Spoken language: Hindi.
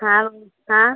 हाँ हाँ